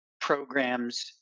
programs